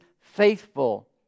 faithful